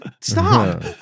Stop